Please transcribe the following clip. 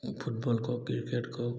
football কওক cricket কওক